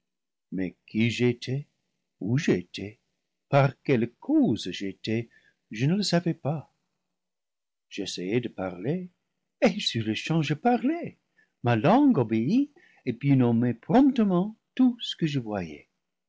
mais qui j'étais où j'étais par quelle cause j'étais je ne le savais pas j'essayai de parler et sur-le-champ je parlai ma langue obéit et put nommer promptement tout ce que je voyais